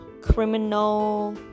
criminal